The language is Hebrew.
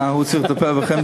אה, הוא צריך לטפל בחרדים.